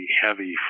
heavy